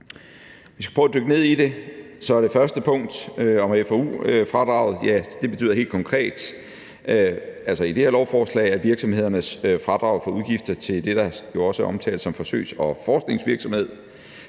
vi skal prøve at dykke ned i det, betyder det første punkt om FoU-fradraget helt konkret, altså i det her lovforslag, at virksomhedernes fradrag for udgifter til det, der jo også omtales som forsøgs- og forskningsvirksomhed,